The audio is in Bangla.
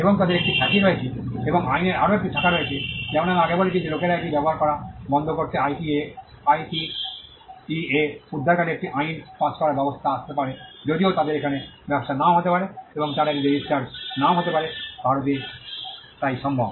এবং তাদের একটি খ্যাতি রয়েছে এবং আইনের আরও একটি শাখা রয়েছে যেমন আমি আগেই বলেছি যে লোকেরা এটি ব্যবহার করা বন্ধ করতে আইকিইএ উদ্ধারকালে একটি আইন পাস করার ব্যবস্থা আসতে পারে যদিও তাদের এখানে ব্যবসা নাও হতে পারে এবং তারা এটিতে রেজিস্টার্ড নাও হতে পারে ভারত তাই সম্ভব